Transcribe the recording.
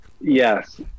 Yes